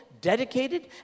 dedicated